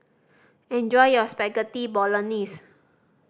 enjoy your Spaghetti Bolognese